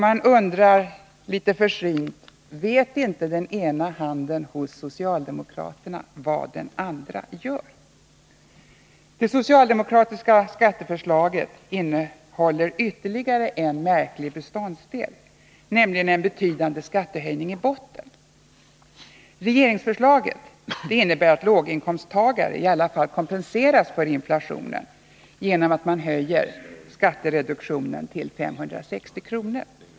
Jag undrar litet försynt: Vet inte ena handen hos socialdemokraterna vad den andra gör? Det socialdemokratiska skatteförslaget innehåller ytterligare en märklig beståndsdel, nämligen en betydande skattehöjning i botten. Regeringsförslaget innebär att låginkomsttagare i alla fall kompenseras för inflationen genom en höjning av skattereduktionen till 560 kr.